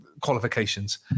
qualifications